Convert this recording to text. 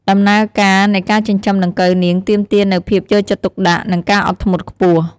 ដំណើរការនៃការចិញ្ចឹមដង្កូវនាងទាមទារនូវភាពយកចិត្តទុកដាក់ និងការអត់ធ្មត់ខ្ពស់។